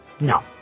No